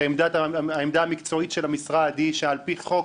שהעמדה המקצועית של המשרד היא שעל פי חוק